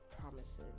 promises